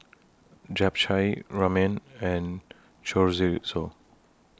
Japchae Ramen and Chorizo